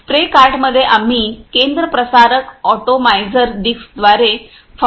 spray कार्टमध्ये आम्ही केंद्र प्रसारक अॅटॉमायझर डिस्कद्वारे फवारणी करीत आहोत